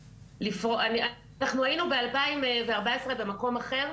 אנחנו היינו ב-2014 במקום אחר,